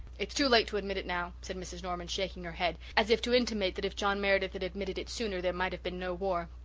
it's too late to admit it now, said mrs. norman, shaking her head, as if to intimate that if john meredith had admitted it sooner there might have been no war.